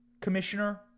commissioner